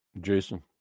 Jason